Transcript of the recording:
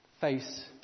face